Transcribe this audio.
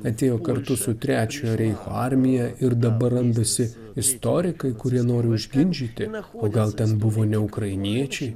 atėjo kartu su trečiojo reicho armija ir dabar randasi istorikai kurie nori užginčyti o gal ten buvo ne ukrainiečiai